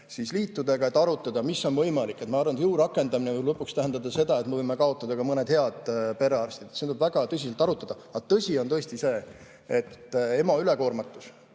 liitudega, et arutada, mis on võimalik. Ma arvan, et jõu rakendamine lõpuks võib tähendada seda, et me võime kaotada ka mõned head perearstid. Seda tuleb väga tõsiselt arutada. Aga tõsi on tõesti see, et EMO on ülekoormatud.